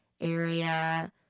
area